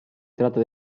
tratta